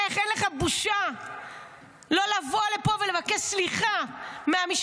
איך אין לך בושה לבוא לפה ולא לבקש סליחה מהמשפחות?